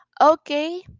Okay